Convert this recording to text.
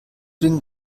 den